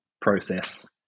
process